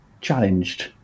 challenged